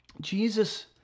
Jesus